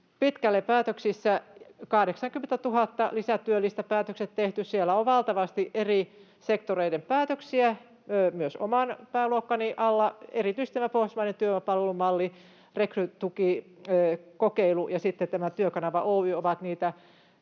pitkälle päätöksissä: 80 000 lisätyöllistä, päätökset tehty. Siellä on valtavasti eri sektoreiden päätöksiä, myös oman pääluokkani alla, erityisesti tämä pohjoismainen työvoimapalvelun malli, rekrytukikokeilu ja sitten tämä Työkanava Oy ovat tällä